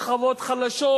שכבות חלשות,